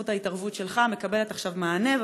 בזכות ההתערבות שלך מקבלת עכשיו מענה,